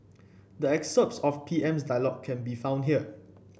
the excerpts of PM's dialogue can be found here